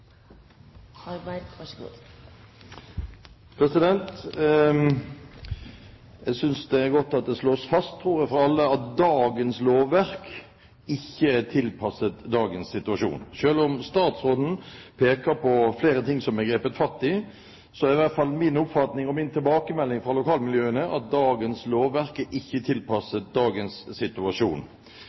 godt at det slås fast for alle at dagens lovverk ikke er tilpasset dagens situasjon. Selv om statsråden peker på flere ting som er grepet fatt i, er i hvert fall min oppfatning og min tilbakemelding fra lokalmiljøene at dagens lovverk ikke er tilpasset dagens situasjon.